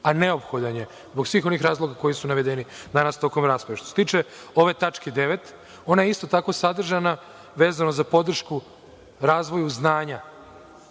a neophodan je zbog svih onih razloga koji su navedeni danas tokom rasprave. Što se tiče ove tačke 9), ona je isto tako sadržana vezano za podršku razvoja znanja,